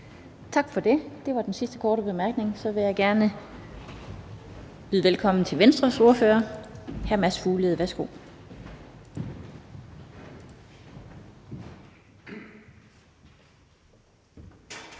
Tak for det. Det var den sidste korte bemærkning. Så vil jeg gerne byde velkommen til Venstres ordfører, hr. Mads Fuglede. Værsgo.